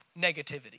negativity